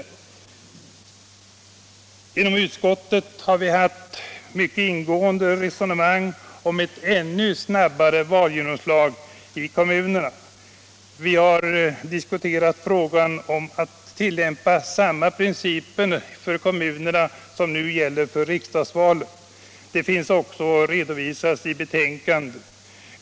é Inom utskottet har vi haft mycket ingående resonemang om ett ännu snabbare valgenomslag i kommunerna. Vi har diskuterat möjligheten att tillämpa samma principer där som vid riksdagsvalet. Dessa resonemang redovisas i betänkandet.